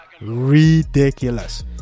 ridiculous